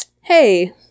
hey